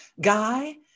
guy